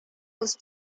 was